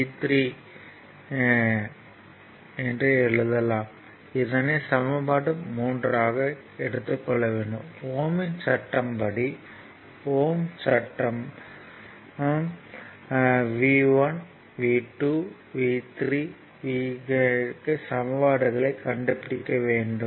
ஓம் யின் சட்டம் ohm's law படி V1 V2 V3 க்கு சமன்பாடுகளைக் கண்டுப்பிடிக்க வேண்டும்